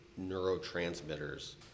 neurotransmitters